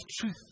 truth